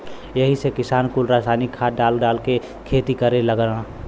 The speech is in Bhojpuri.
यही से किसान कुल रासायनिक खाद डाल डाल के खेती करे लगलन